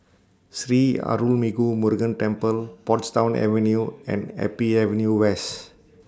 Sri Arulmigu Murugan Temple Portsdown Avenue and Happy Avenue West